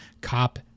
cop